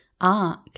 arc